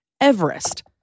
Everest